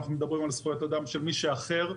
אנחנו מדברים על זכויות אדם של מי שאחר.